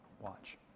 Watch